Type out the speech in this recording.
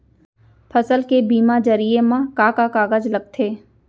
फसल के बीमा जरिए मा का का कागज लगथे?